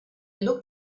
looked